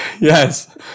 Yes